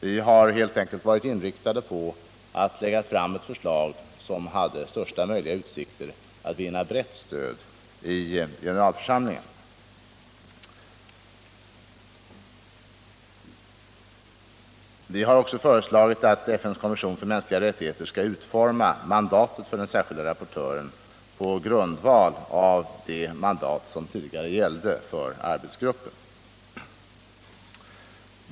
Vi har helt enkelt varit inriktade på att lägga fram ett förslag som har största möjliga utsikt att vinna brett stöd i generalförsamlingen. Vi har också föreslagit att FN:s kommission för mänskliga rättigheter skall utforma mandatet för den särskilda rapportören på grundval av det mandat som tidigare gällde för arbetsgruppen.